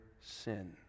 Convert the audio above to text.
sin